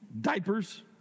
diapers